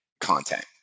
content